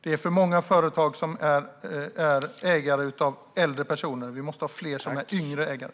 Det är för många företag som ägs av äldre personer; vi måste ha fler med yngre ägare.